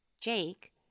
jake